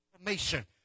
information